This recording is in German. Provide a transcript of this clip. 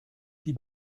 die